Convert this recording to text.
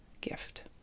gift